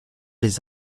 les